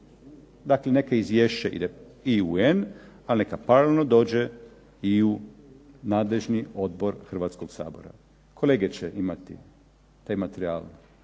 Dakle, neka izvješće ide i u UN, ali neka paralelno dođe i u nadležni odbor Hrvatskoga sabora. Kolege će imati taj materijal